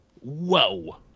whoa